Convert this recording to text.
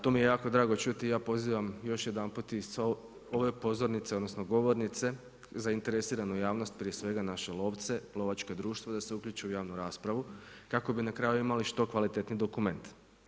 To mi je jako drago čuti i ja pozivam još jedanput i sa ove pozornice, odnosno govornice zainteresiranu javnost, prije svega naše lovce, lovačka društva da se uključe u javnu raspravu kako bi na kraju imali što kvalitetniji dokument.